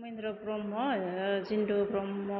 Mahendra Brahma Jindu Brahma